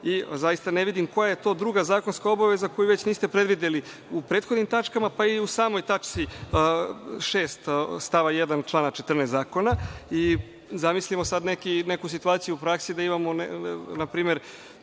i zaista ne vidim koja je to druga zakonska obaveza koju već niste predvideli u prethodnim tačkama, pa i u samoj tački 6) stava 1. člana 14. zakona. Zamislimo sada neku situaciju u praksi da imamo npr.